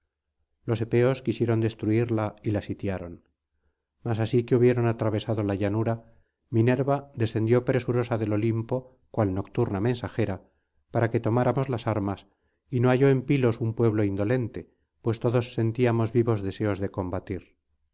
los epeos quisieron destruirla y la sitiaron mas así que hubieron atravesado la llanura minerva descendió presurosa del olimpo cual nocturna mensajera para que tomáramos las armas y no halló en pilos un pueblo indolente pues todos sentíamos vivos deseos de combatir